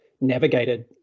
navigated